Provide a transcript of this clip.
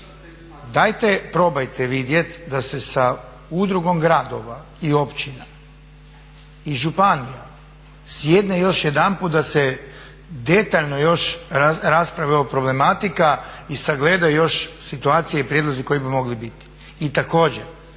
dajte probajte vidjeti da se sa udrugom gradova i općina i županija sjedne još jedanput da se detaljno još raspravi ova problematika i sagledaju još situacije i prijedlozi koji bi mogli biti. I također,